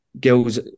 girls